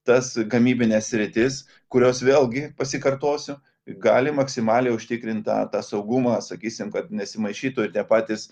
tas gamybines sritis kurios vėlgi pasikartosiu gali maksimaliai užtikrint tą tą saugumą sakysim kad nesimaišytų tie patys